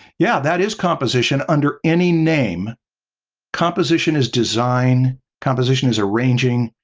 yeah, that is composition, under any name composition is design, composition is arranging,